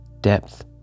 depth